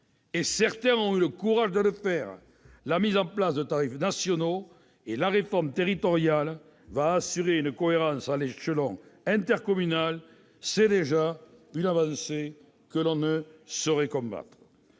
-certains ont eu le courage de le faire -la mise en place de tarifs nationaux. La réforme territoriale va assurer une cohérence à l'échelle intercommunale ; c'est déjà une avancée que l'on ne saurait combattre.